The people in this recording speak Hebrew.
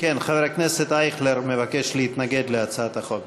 כן, חבר הכנסת אייכלר מבקש להתנגד להצעת החוק.